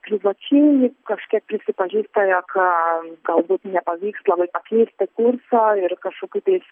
privačiai kažkiek prisipažįsta jog galbūt nepavyks labai keisti kurso ir kažkokių tai